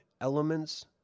elements